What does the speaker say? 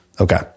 Okay